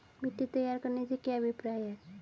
मिट्टी तैयार करने से क्या अभिप्राय है?